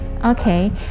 Okay